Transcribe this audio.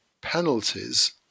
penalties